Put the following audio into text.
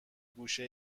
گوشه